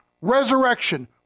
resurrection